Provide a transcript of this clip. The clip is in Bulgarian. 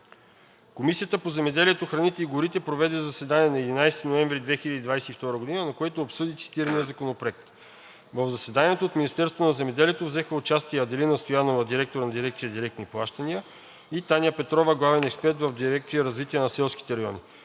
Комисията по земеделието, храните и горите проведе заседание на 11 ноември 2022 г., на което обсъди цитирания Законопроект. В заседанието от Министерството на земеделието взеха участие Аделина Стоянова – директор на дирекция „Директни плащания“, и Таня Петрова – главен експерт в дирекция „Развитие на селските райони“.